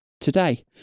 today